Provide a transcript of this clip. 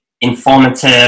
informative